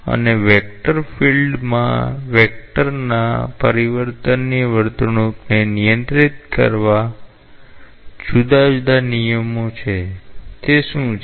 અને વેક્ટર ફિલ્ડમાં વેક્ટરના પરિવર્તનની વર્તણૂકને નિયંત્રિત કરતા જુદા જુદા નિયમો શું છે